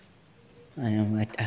I don't know like